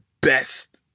best